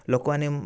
ଲୋକମାନେ